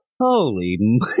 Holy